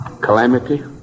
Calamity